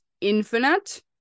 infinite